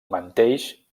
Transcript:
menteix